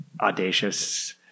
audacious